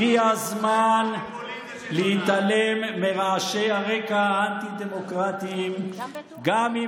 הגיע הזמן להתעלם מרעשי הרקע האנטי-דמוקרטיים גם אם